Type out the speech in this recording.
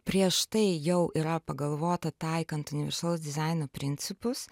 prieš tai jau yra pagalvota taikant universalaus dizaino principus